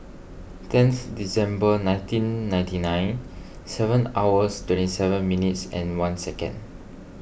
tenth December nineteen ninety nine seven hours twenty seven minutes and one second